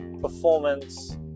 performance